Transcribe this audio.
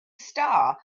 star